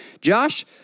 Josh